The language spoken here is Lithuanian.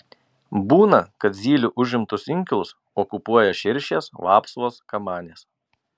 būna kad zylių užimtus inkilus okupuoja širšės vapsvos kamanės